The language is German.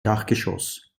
dachgeschoss